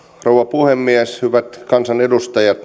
puhemies hyvät kansanedustajat